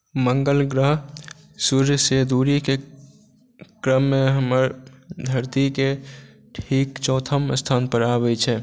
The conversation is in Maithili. मङ्गल ग्रह सुर्य से दुरीके क्रममे हमर धरतीके ठीक चौथम स्थान पर आबै छै